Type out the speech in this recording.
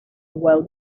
well